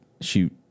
shoot